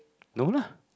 no lah